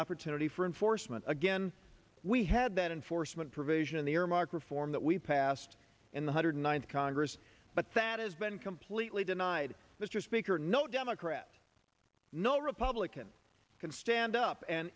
opportunity for enforcement again we had that in forstmann provision in the remark reform that we passed in the hundred ninth congress but that has been completely denied mr speaker no democrat no republican can stand up and